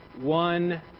one